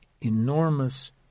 enormous